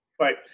Right